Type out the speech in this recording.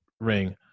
ring